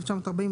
1940,